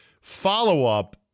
Follow-up